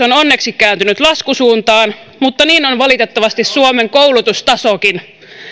on onneksi kääntynyt laskusuuntaan mutta niin on valitettavasti suomen koulutustasokin